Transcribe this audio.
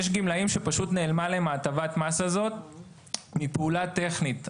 יש גמלאים שפשוט נעלמה להם ההטבת מס הזאת מתוך איזו שהיא פעולה טכנית.